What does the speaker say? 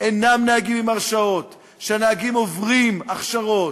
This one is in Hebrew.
אינם נהגים עם הרשעות, שהנהגים עוברים הכשרות,